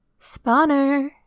Spawner